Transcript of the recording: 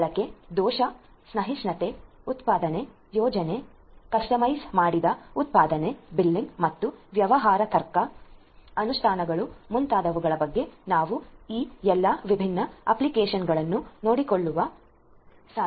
ಬಳಕೆ ದೋಷ ಸಹಿಷ್ಣುತೆ ಉತ್ಪಾದನೆ ಯೋಜನೆ ಕಸ್ಟಮೈಸ್ ಮಾಡಿದ ಉತ್ಪಾದನೆ ಬಿಲ್ಲಿಂಗ್ ಮತ್ತು ವ್ಯವಹಾರ ತರ್ಕ ಅನುಷ್ಠಾನಗಳು ಮತ್ತು ಮುಂತಾದವುಗಳ ಬಗ್ಗೆ ನಾವು ಈ ಎಲ್ಲ ವಿಭಿನ್ನ ಅಪ್ಲಿಕೇಶನ್ಗಳನ್ನು ನೋಡಿಕೊಳ್ಳುವಂತೆ ರೂಪಿಸಬೇಕಿದೆ